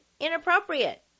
inappropriate